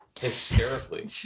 hysterically